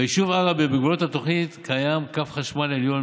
ביישוב עראבה ובגבולות התוכנית קיים קו חשמל עליון,